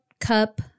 cup